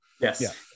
Yes